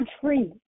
free